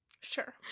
sure